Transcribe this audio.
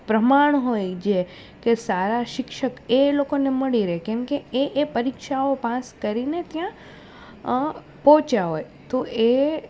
પ્રમાણ હોય જે કે સારા શિક્ષક એ લોકોને મળી રહે કેમકે એ એ પરીક્ષાઓ પાસ કરીને અહીં પહોંચ્યા હોય તો એ